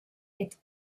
est